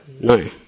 No